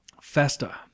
Festa